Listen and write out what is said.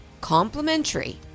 Complimentary